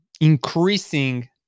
increasing